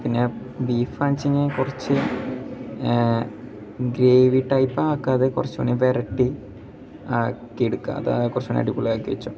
പിന്നെ ബീഫാച്ചെങ്കി കുറച്ച് ഗ്രേവി ടൈപ്പാക്കാതെ കുറച്ചു കൂടിം വരട്ടി ആക്കിയെടുക്കുക അതാണ് കുറച്ചു കൂടി അടിപൊളിയാക്കി വച്ചോ